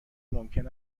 ممکن